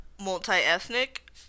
multi-ethnic